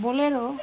bolero